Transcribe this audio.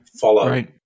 follow